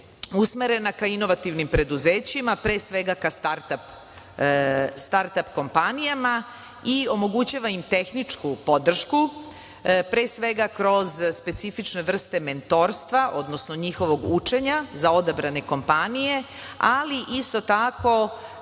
usmerena ka inovativnim preduzećima, pre svega ka startap kompanijama i omogućava im tehničku podršku, pre svega kroz specifične vrste mentorstva, odnosno njihovog učenja za odabrane kompanije, ali isto tako